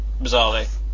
bizarrely